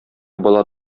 бала